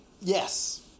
Yes